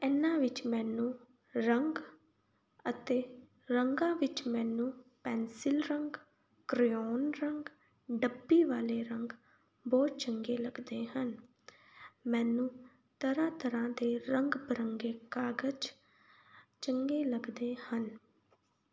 ਇਹਨਾਂ ਵਿੱਚ ਮੈਨੂੰ ਰੰਗ ਅਤੇ ਰੰਗਾਂ ਵਿੱਚ ਮੈਨੂੰ ਪੈਂਸਿਲ ਰੰਗ ਕਰਿਓਨ ਰੰਗ ਡੱਬੀ ਵਾਲੇ ਰੰਗ ਬਹੁਤ ਚੰਗੇ ਲੱਗਦੇ ਹਨ ਮੈਨੂੰ ਤਰ੍ਹਾਂ ਤਰ੍ਹਾਂ ਦੇ ਰੰਗ ਬਰੰਗੇ ਕਾਗਜ਼ ਚੰਗੇ ਲੱਗਦੇ ਹਨ